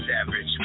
average